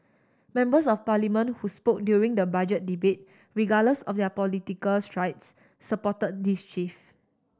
members of Parliament who spoke during the Budget debate regardless of their political stripes support this shift